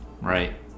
Right